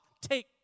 take